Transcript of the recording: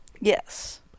Yes